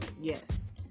Yes